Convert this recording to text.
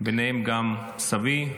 ביניהם גם סבי,